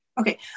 Okay